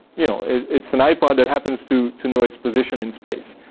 you know, it's an ipod that happens to to know its position in space.